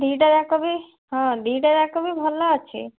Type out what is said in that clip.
ଦୁଇଟା ଯାକ ବି ହଁ ଦୁଇଟା ଯାକ ବି ଭଲ ଅଛି